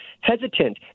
hesitant